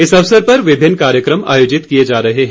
इस अवसर पर विभिन्न कार्यक्रम आयोजित किए जा रहे है